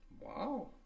Wow